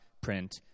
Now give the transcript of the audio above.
print